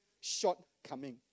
shortcoming